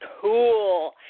cool